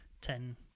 Ten